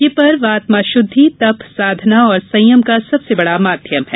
यह पर्व आत्म श्रद्धि तप साधना और संयम का सबसे बड़ा माध्यम है